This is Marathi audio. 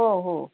हो हो